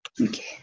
Okay